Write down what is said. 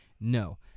No